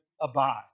abide